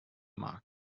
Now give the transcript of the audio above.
markt